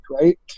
right